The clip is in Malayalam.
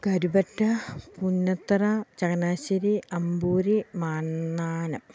കരുപറ്റ പുന്നത്തറ ചങ്ങനാശ്ശേരി അമ്പൂരി മാന്നാനം